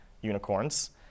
unicorns